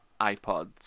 iPods